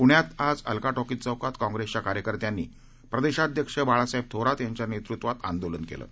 प्ण्यात आज अलका टॉकीज चौकात काँग्रस्तिया कार्यकर्त्यांनी प्रदस्तिध्यक्ष बाळासाहह थोरात यांच्या नसुव्वात आंदोलन केलि